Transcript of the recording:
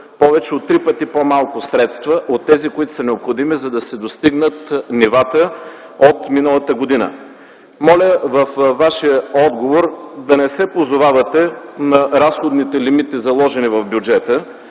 повече от три пъти по-малко средства от тези, които са необходими, за да се достигнат нивата от миналата година. Моля във Вашия отговор да не се позовавате на разходните лимити, заложени в бюджета,